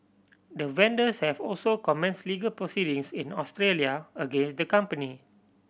the vendors have also commence legal proceedings in Australia against the company